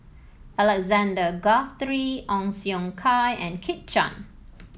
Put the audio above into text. Alexander Guthrie Ong Siong Kai and Kit Chan